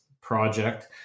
project